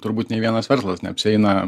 turbūt nei vienas verslas neapsieina